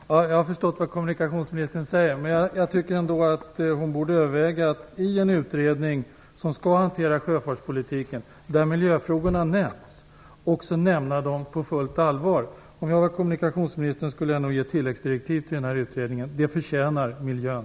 Fru talman! Jag har förstått vad kommunikationsministern säger. Men jag tycker ändå att hon borde överväga att i en utredning som skall hantera sjöfartspolitiken, där miljöfrågorna nämns, också nämna dem på fullt allvar. Om jag vore kommunikationsministern skulle jag nog ge tilläggsdirektiv till utredningen. Det förtjänar miljön.